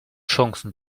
chancen